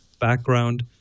background